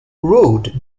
rude